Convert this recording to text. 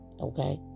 Okay